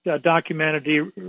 documentary